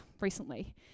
recently